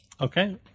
Okay